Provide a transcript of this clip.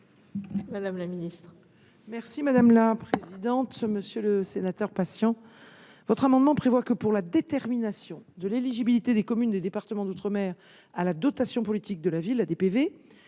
madame la ministre